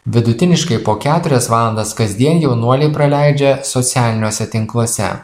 vidutiniškai po keturias valandas kasdien jaunuoliai praleidžia socialiniuose tinkluose